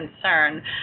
concern